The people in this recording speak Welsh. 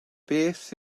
beth